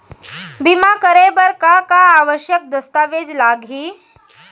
बीमा करे बर का का आवश्यक दस्तावेज लागही